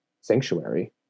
sanctuary